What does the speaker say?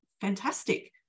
fantastic